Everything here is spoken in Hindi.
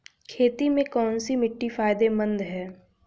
खेती में कौनसी मिट्टी फायदेमंद है?